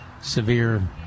severe